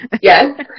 Yes